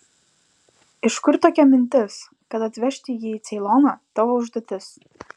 iš kur tokia mintis kad atvežti jį į ceiloną tavo užduotis